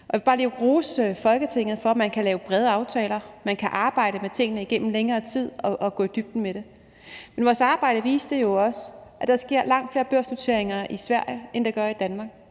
lige rose Folketinget for, at man kan lave brede aftaler. Man kan arbejde med tingene igennem længere tid og gå i dybden med dem. Vores arbejde viste jo, at der sker langt flere børsnoteringer i Sverige, end der gør i Danmark.